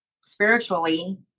spiritually